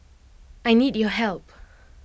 I need your help